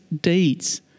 deeds